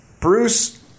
Bruce